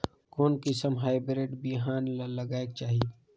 कोन किसम हाईब्रिड बिहान ला लगायेक चाही?